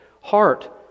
heart